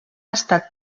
estat